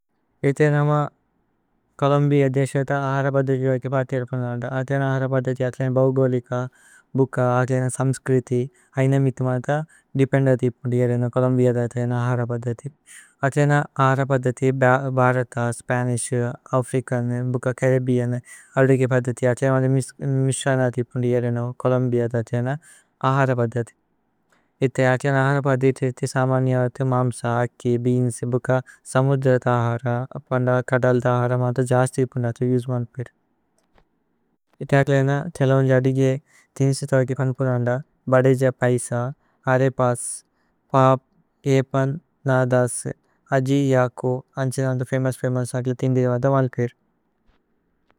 ഇതേ നമ ഛോലോമ്ബിഅ ദേസ അത അഹരപദതി അഗ। പതേ രപനന്ദ അതേ ലന് അഹരപദതി അതേ ലന്। ബവ്ഗോലിക ബുക അതേ ലന് സമ്സ്ക്രിതി ഐന। മിതുമത ദേപേന്ദതി പുന്ദി ഗരേനോ ഛോലോമ്ബിഅ। അത ലന് അഹരപദതി അതേ ലന് അഹരപദതി। ഭ്ഹരത, സ്പനിശ്, അഫ്രിചന്, ബുക ഛരിബ്ബേഅന്। അദുഗേ പദതി അതേ ലന് മിസ്രന തി പുന്ദി। ഗരേനോ ഛോലോമ്ബിഅ അത ലന് അഹരപദതി ഇതേ। അതേ ലന് അഹരപദതി ഇതി സമന്യ അത മമ്സ। അക്കി ബേഅന്സ് ബുക സമുദ്ര ത അഹര അപന്ദ। കദല് ത അഹര മന്ത ജസ്തി പുന്ദക്ലി യുജ്മനു। പേദു ഇതേ അകേലേ ന തേല ഉന്ജ അദിഗേ തിന്സ്തു। തലകി പന്പുരന്ദ ബദേജ പൈസ അരേപസ് പപ്। ഏപന് നദസ് അജി യകോ അന്തേന മന്ത ഫമോഉസ്। ഫമോഉസ് മക്ലി തിന്ദിരു മന്ത മന്തു പേദു।